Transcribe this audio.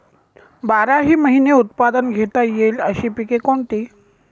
बाराही महिने उत्पादन घेता येईल अशी पिके कोणती?